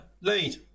lead